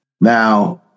Now